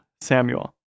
Samuel